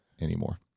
anymore